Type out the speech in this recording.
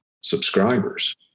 subscribers